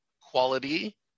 quality